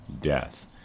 death